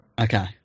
Okay